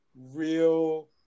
real